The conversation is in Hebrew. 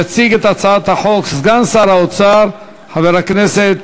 יציג את הצעת החוק סגן שר האוצר חבר הכנסת